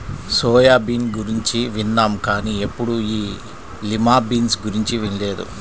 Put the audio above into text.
soya bean గురించి విన్నాం కానీ ఎప్పుడూ ఈ లిమా బీన్స్ గురించి వినలేదు